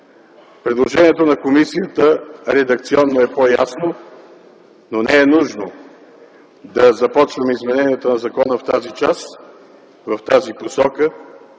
Предложението на комисията редакционно е по-ясно, но не е нужно да започваме измененията на закона в тази посока.